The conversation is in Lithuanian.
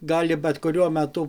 gali bet kuriuo metu